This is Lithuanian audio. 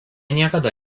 niekada